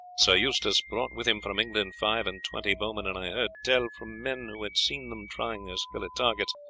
sir eustace brought with him from england five-and-twenty bowmen, and i heard tell from men who had seen them trying their skill at targets